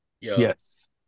Yes